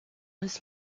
his